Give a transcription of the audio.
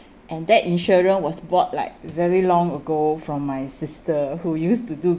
and that insurance was bought like very long ago from my sister who used to do